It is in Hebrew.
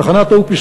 תחנת OPC